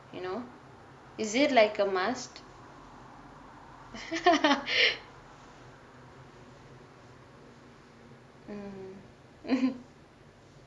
is it like a must